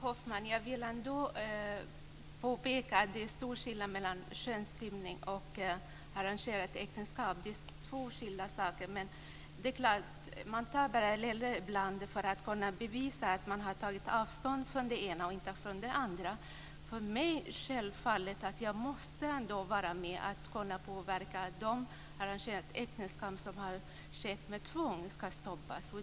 Fru talman! Jag vill ändå påpeka att det är stor skillnad mellan könsstympning och arrangerade äktenskap, Ulla Hoffmann. Det är två skilda saker. Men det är klart att man drar paralleller ibland för att kunna bevisa att man har tagit avstånd från det ena och inte från det andra. För mig är det självklart att vilja vara med och påverka, så att arrangerade äktenskap som sker med tvång stoppas.